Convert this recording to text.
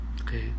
okay